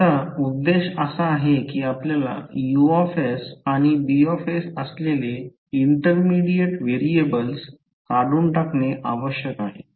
आता उद्देश असा आहे की आपल्याला U आणि B असलेले इंटरमिडीएट व्हेरिएबल्स काढून टाकणे आवश्यक आहे